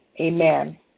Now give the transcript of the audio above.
amen